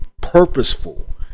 purposeful